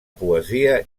poesia